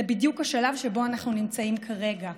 זה בדיוק השלב שבו אנחנו נמצאים כרגע.